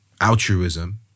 altruism